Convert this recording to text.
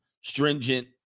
stringent